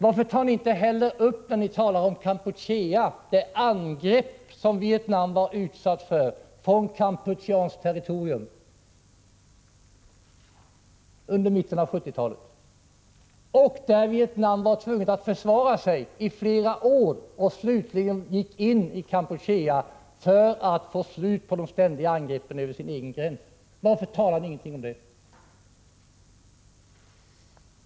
Varför tar ni inte heller upp, när ni talar om Kampuchea, det angrepp som Vietnam var utsatt för från Kampucheas territorium under mitten av 1970-talet? Där var Vietnam tvunget att försvara sig i flera år, innan man slutligen gick in i Kampuchea för att få ett slut på de övergrepp som ständigt skedde över den egna gränsen. Varför säger ni ingenting om det?